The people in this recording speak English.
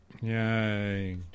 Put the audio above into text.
yay